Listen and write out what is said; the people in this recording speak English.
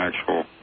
actual